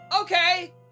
Okay